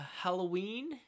halloween